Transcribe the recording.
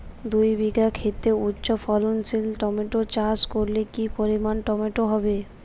দুই বিঘা খেতে উচ্চফলনশীল টমেটো চাষ করলে কি পরিমাণ টমেটো হবে?